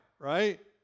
right